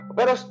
pero